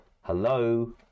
Hello